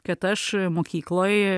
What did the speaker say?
kad aš mokykloj